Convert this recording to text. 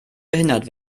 behindert